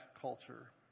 culture